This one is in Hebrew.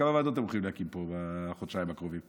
עוד כמה ועדות הם הולכים להקים פה בחודשיים הקרובים?